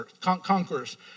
conquerors